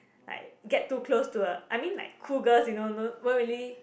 like get too close to a I mean like cools girls you know won't really